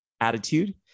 attitude